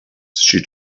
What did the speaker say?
she